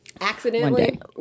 accidentally